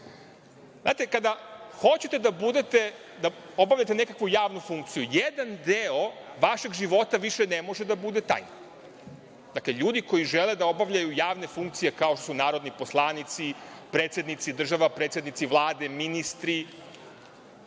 kada hoćete da obavljate nekakvu javnu funkciju, jedan deo vašeg života više ne može da bude taj. Dakle, ljudi koji žele da obavljaju javne funkcije kao što su narodni poslanici, predsednici država, predsednici Vlade, ministri,